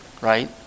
right